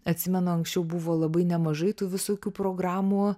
atsimenu anksčiau buvo labai nemažai tų visokių programų